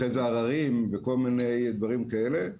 ואחרי זה עררים וכל מיני דברים כאלה.